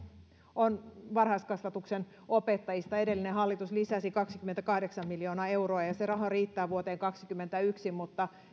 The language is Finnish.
on varhaiskasvatuksen opettajista edellinen hallitus lisäsi kaksikymmentäkahdeksan miljoonaa euroa ja se raha riittää vuoteen kaksikymmentäyksi mutta